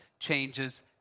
changes